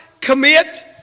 commit